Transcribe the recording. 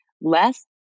less